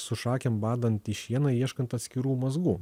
su šakėm badant į šieną ieškant atskirų mazgų